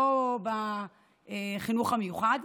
לא בחינוך המיוחד,